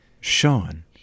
Sean